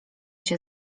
cię